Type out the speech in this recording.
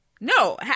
No